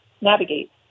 navigate